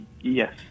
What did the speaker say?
Yes